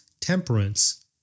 temperance